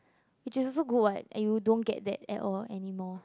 which is also good [what] and you don't get that at all anymore